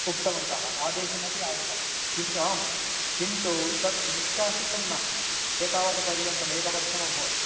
उक्तवन्तः आदेशः अपि आगतः किन्तु आं किन्तु तद् निष्कासितं न एतावद् पर्यन्तम् एकवर्षमभवत्